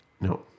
No